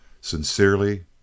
Sincerely